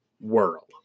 world